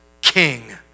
king